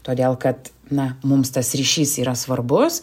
todėl kad na mums tas ryšys yra svarbus